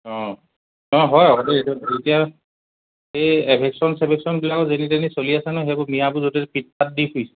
অঁ অঁ হয় আকৌ দেই এইটো এতিয়া এই এভেকচন চেভেকচনবিলাকো যেনি তেনি চলি আছে নহয় সেইবোৰ মিঞাবোৰ য'তে ত'তে পিত পাত দি ফুৰিছে